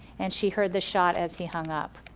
and she heard the shot as he hung up.